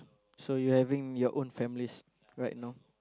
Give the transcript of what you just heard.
so you having your own families right now